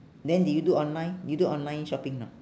then do you do online you do online shopping ah